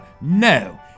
no